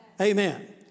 Amen